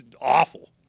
awful